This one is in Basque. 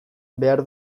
behar